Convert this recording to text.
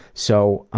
so,